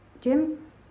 Jim